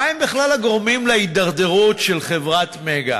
מה הם בכלל הגורמים להידרדרות של חברת "מגה"?